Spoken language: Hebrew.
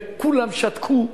וכולם שתקו,